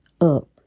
up